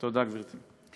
תודה, גברתי.